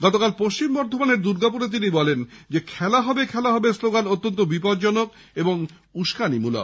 গতকাল পশ্চিম বর্ধমানের দুর্গাপুরে তিনি বলেন খেলা হবে স্লোগান অত্যন্ত বিপজ্জনক ও উষ্কানিমূলক